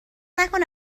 نکنه